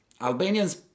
Albanians